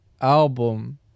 album